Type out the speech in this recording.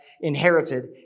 inherited